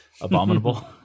Abominable